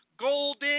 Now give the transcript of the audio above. Golden